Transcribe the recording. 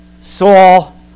Saul